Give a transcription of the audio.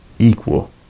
equal